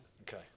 Okay